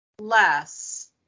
less